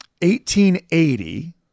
1880